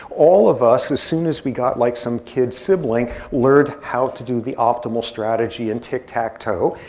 all of us, as soon as we got like some kid sibling, learned how to do the optimal strategy in tic-tac-toe.